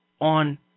on